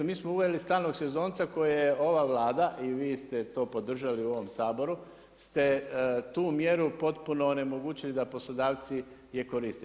Mi smo uveli stalnog sezonca koje je ova Vlada i vi ste to podržali u ovom Saboru ste tu mjeru potpuno onemogućili da poslodavci je koriste.